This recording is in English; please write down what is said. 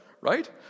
right